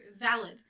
valid